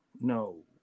no